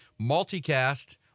multicast